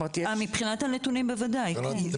מבחינת הנתונים בוודאי, כן.